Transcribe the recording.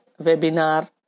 webinar